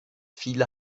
viele